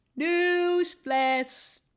newsflash